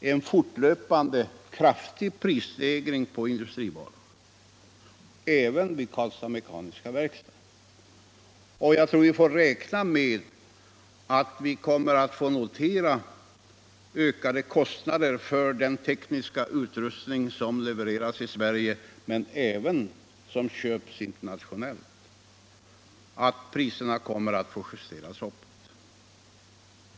cen fortlöpande kraftig prisstegring på industrivaror, även vid Karlstads Mekaniska Werkstad, och jag tror att vi får räkna med att notera men även för den som köps internationellt. Priserna kommer att få justeras upp.